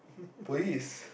please